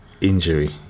injury